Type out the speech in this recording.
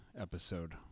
episode